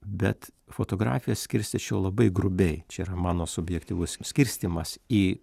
bet fotografiją skirstyčiau labai grubiai čia yra mano subjektyvus skirstymas į